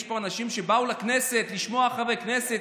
יש פה אנשים שבאו לכנסת לשמעו חברי כנסת,